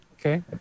okay